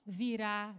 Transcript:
virá